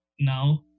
now